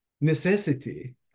necessity